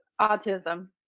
autism